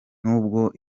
nubwo